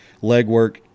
legwork